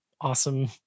awesome